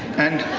and,